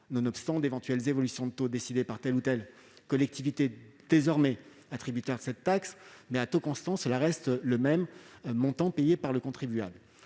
nonobstant d'éventuelles évolutions de taux décidées par telle ou telle des collectivités désormais attributaires de cette taxe. À taux constant, le montant payé par le contribuable